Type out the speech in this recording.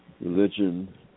Religion